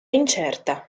incerta